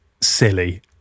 silly